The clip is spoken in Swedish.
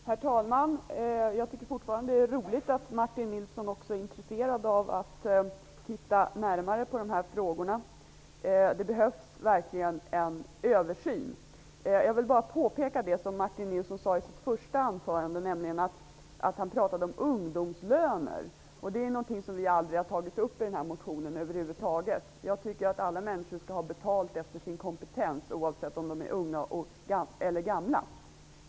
Herr talman! Jag tycker fortfarande att det är roligt att också Martin Nilsson är intresserad av att titta närmare på dessa frågor. Det behövs verkligen en översyn. Martin Nilsson talade om ungdomslöner i sitt anförande. Jag vill bara påpeka att det är någonting som vi över huvud taget inte har tagit upp i vår motion. Jag tycker att alla människor skall ha betalt efter sin kompetens, oavsett om de är unga eller gamla.